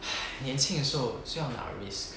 !hais! 年轻的时候就要拿 risk